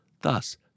thus